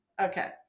okay